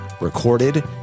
recorded